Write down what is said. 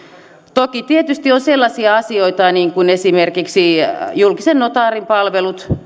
toki tietysti on sellaisia asioita niin kuin esimerkiksi julkisen notaarin palvelut